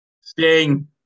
Sting